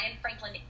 Franklin